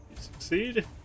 succeed